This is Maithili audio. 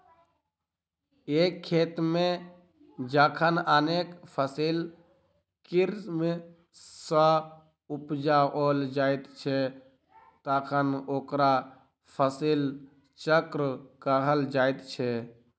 एक खेत मे जखन अनेक फसिल क्रम सॅ उपजाओल जाइत छै तखन ओकरा फसिल चक्र कहल जाइत छै